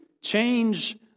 change